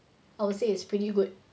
I would say it's pretty good